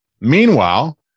Meanwhile